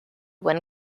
when